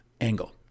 angle